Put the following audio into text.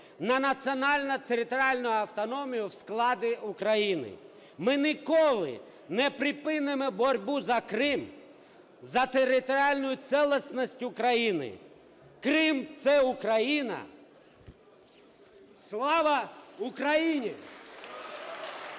на національно-територіальну автономію в складі України. Ми ніколи не припинемо боротьбу за Крим, за територіальну цілісність України. Крим – це Україна! Слава Україні!